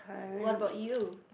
what about you